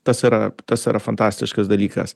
tas yra tas yra fantastiškas dalykas